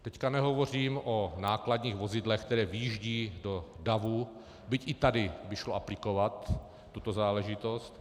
Teď nehovořím o nákladních vozidlech, které vjíždějí do davu, byť i tady by šlo aplikovat tyto záležitosti.